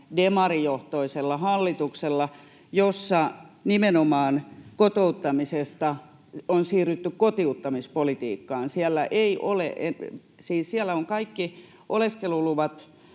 paradigmamuutoksen, jossa nimenomaan kotouttamisesta on siirrytty kotiuttamispolitiikkaan. Siis siellä ovat kaikki oleskeluluvat